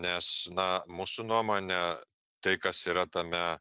nes na mūsų nuomone tai kas yra tame